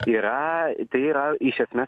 yra tai yra iš esmės